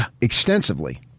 extensively